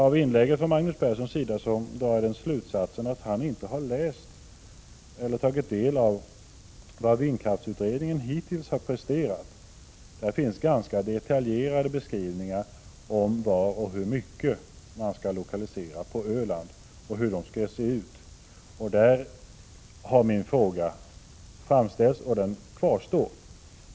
Av Magnus Perssons inlägg drar jag den slutsatsen att han inte har tagit del av vad vindkraftsutredningen hittills har presterat. Den har givit ganska detaljerade beskrivningar över om, var och hur många vindkraftverk man skall lokalisera till Öland och hur de kraftverken skall se ut. Min fråga kvarstår.